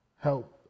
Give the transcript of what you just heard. help